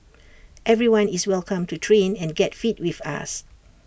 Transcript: everyone is welcome to train and get fit with us